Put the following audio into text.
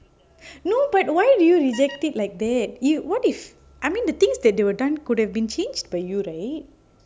no but why do you rejected like that what if I mean the things that they were done could have been changed for you right